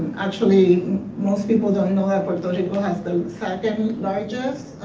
actually most people don't know that puerto rico has the second largest